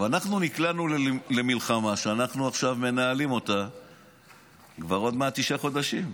אנחנו נקלענו למלחמה שאנחנו עכשיו מנהלים כבר עוד מעט תשעה חודשים,